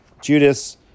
Judas